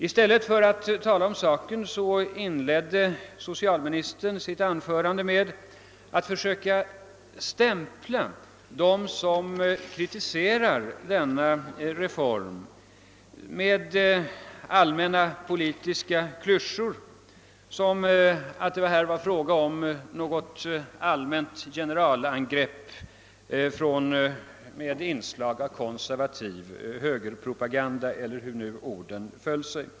I stället för att tala om saken inledde socialministern sitt anförande med att försöka stämpla dem som kritiserar denna reform med allmänna politiska klyschor, som att det här var fråga om något generalangrepp med ett innehåll av konservativ högerpropaganda, eller hur orden föll.